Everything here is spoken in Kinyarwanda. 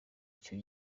icyo